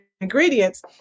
ingredients